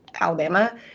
Alabama